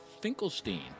Finkelstein